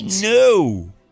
No